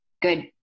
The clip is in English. good